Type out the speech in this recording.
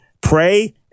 pray